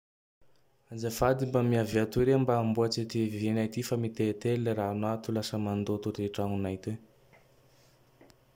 Azafady mba miavia atoy rehe mba hamboatsy ty vy nay ty fa mitete le rano ato. Lasa mandolo ty tragnonay toy.